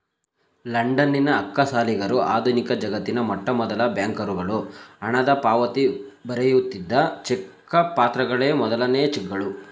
ಲಂಡನ್ನಿನ ಅಕ್ಕಸಾಲಿಗರು ಆಧುನಿಕಜಗತ್ತಿನ ಮೊಟ್ಟಮೊದಲ ಬ್ಯಾಂಕರುಗಳು ಹಣದಪಾವತಿ ಬರೆಯುತ್ತಿದ್ದ ಚಿಕ್ಕ ಪತ್ರಗಳೇ ಮೊದಲನೇ ಚೆಕ್ಗಳು